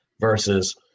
versus